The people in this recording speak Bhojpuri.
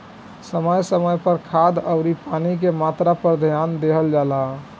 समय समय पर खाद अउरी पानी के मात्रा पर ध्यान देहल जला